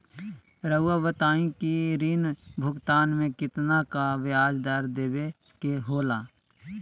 रहुआ बताइं कि ऋण भुगतान में कितना का ब्याज दर देवें के होला?